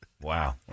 Wow